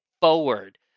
forward